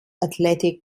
athletic